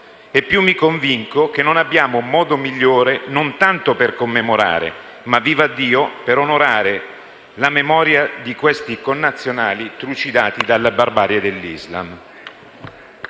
e più mi convinco che non abbiamo modo migliore, non tanto per commemorare ma - vivaddio! - per onorare la memoria di questi connazionali trucidati dalla barbarie dell'Islam.